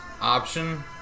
option